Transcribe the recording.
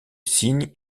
signe